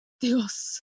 Dios